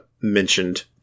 mentioned